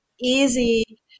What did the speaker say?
easy